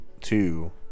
two